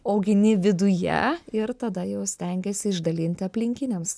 augini viduje ir tada jau stengiesi išdalinti aplinkiniams